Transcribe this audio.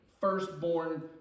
Firstborn